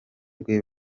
rwe